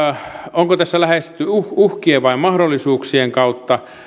onko tässä lähestytty uhkien vai mahdollisuuksien kautta